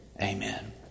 amen